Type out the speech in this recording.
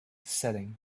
setting